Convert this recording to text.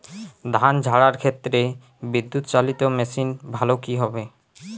ধান ঝারার ক্ষেত্রে বিদুৎচালীত মেশিন ভালো কি হবে?